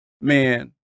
man